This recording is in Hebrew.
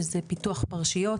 שזה פיתוח פרשיות